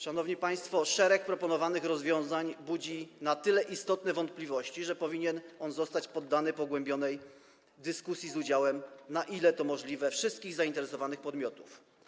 Szanowni państwo, szereg proponowanych rozwiązań budzi na tyle istotne wątpliwości, że projekt powinien zostać poddany pogłębionej dyskusji z udziałem, na ile to możliwe, wszystkich zainteresowanych podmiotów.